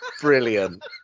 Brilliant